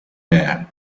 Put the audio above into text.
there